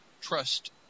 trust